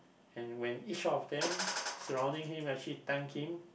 and when each one of them surrounding him actually thank him